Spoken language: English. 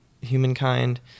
humankind